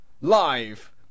live